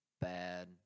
bad